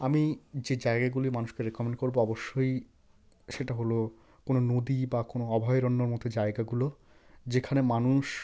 আমি যে জায়গাগুলি মানুষকে রেকমেন্ড করব অবশ্যই সেটা হলো কোনো নদী বা কোনো অভয়ারণ্যর মত জায়গাগুলো যেখানে মানুষ